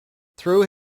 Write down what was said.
through